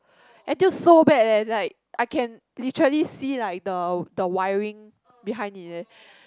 until so bad eh like I can literally see like the the wiring behind it eh